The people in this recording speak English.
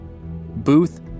Booth